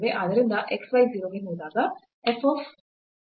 ಆದ್ದರಿಂದ x y 0 ಗೆ ಹೋದಾಗ f x y